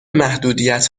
محدودیت